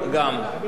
נגד.